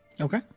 Okay